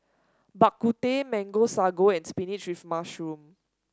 Bak Kut Teh Mango Sago and spinach with mushroom